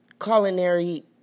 culinary